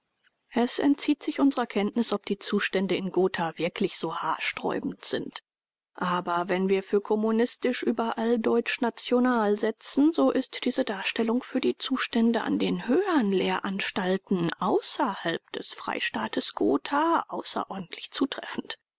es entzieht sich unserer kenntnis ob die zustände in gotha wirklich so haarsträubend sind aber wenn wir für kommunistisch überall deutschnational setzen so ist diese darstellung für die zustände an den höheren lehranstalten außerhalb des freistaates gotha außerordentlich zutreffend